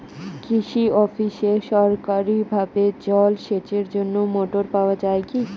কৃষি অফিসে সরকারিভাবে জল সেচের জন্য মোটর পাওয়া যায় কি?